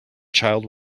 child